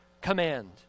command